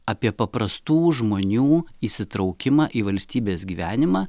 apie paprastų žmonių įsitraukimą į valstybės gyvenimą